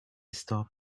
stop